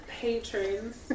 patrons